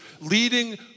leading